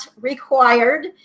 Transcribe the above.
required